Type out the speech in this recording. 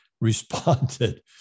responded